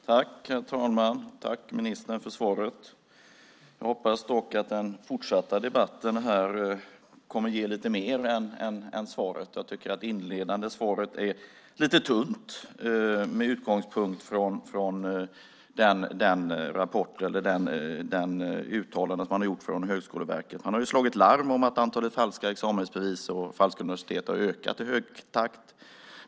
Herr talman! Tack, ministern, för svaret. Jag hoppas dock att den fortsatta debatten här kommer att ge lite mer än svaret. Jag tycker att det inledande svaret är lite tunt med utgångspunkt i det uttalande som har kommit från Högskoleverket. Man har slagit larm om att antalet falska examensbevis och falska universitet har ökat i hög takt.